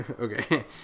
Okay